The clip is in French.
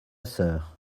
sœur